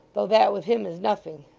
though that with him is nothing